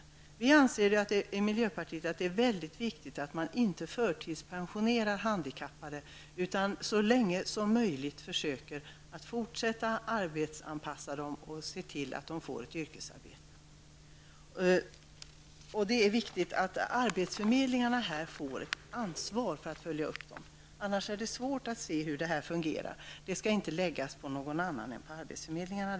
Vi anser i miljöpartiet att det är mycket viktigt att man inte förtidspensionerar handikappade, utan så länge som möjligt försöker arbetsanpassa dem och se till att de får ett yrkesarbete. Det är viktigt att arbetsförmedlingarna får ett ansvar att följa upp detta, annars blir det svårt att se hur detta fungerar. Ansvaret skall i första hand inte läggas på någon annan än arbetsförmedlingarna.